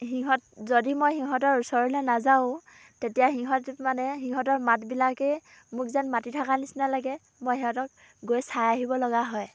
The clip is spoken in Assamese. সিহঁত যদি মই সিহঁতৰ ওচৰলৈ নাযাওঁ তেতিয়া সিহঁত মানে সিহঁতৰ মাতবিলাকেই মোক যেন মাতি থকাৰ নিচিনা লাগে মই সিহঁতক গৈ চাই আহিব লগা হয়